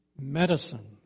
Medicine